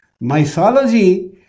mythology